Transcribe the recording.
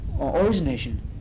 origination